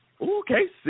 Okay